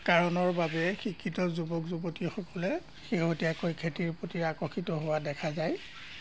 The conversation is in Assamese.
কাৰণৰ বাবে শিক্ষিত যুৱক যুৱতীসকলে শেহতীয়াকৈ খেতিৰ প্ৰতি আকৰ্ষিত হোৱা দেখা যায়